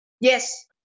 yes